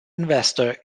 investor